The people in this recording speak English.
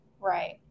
Right